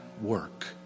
work